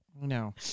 No